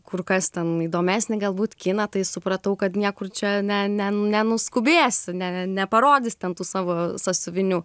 kur kas ten įdomesnį galbūt kiną tai supratau kad niekur čia ne ne ne nenuskubėsi ne neparodysi ten tų savo sąsiuvinių